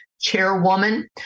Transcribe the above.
chairwoman